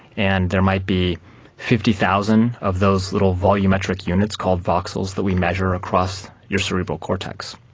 and there might be fifty thousand of those little volumetric units called voxels that we measure across your cerebral cortex.